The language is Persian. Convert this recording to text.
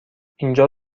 اینجا